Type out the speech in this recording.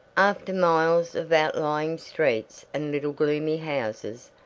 after miles of outlying streets and little gloomy houses,